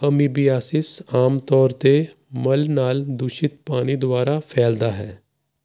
amoebiasis ਆਮ ਤੌਰ 'ਤੇ ਮਲ ਨਾਲ ਦੂਸ਼ਿਤ ਪਾਣੀ ਦੁਆਰਾ ਫੈਲਦਾ ਹੈ